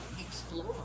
explore